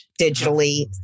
digitally